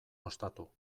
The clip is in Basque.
ostatu